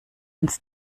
uns